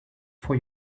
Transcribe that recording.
for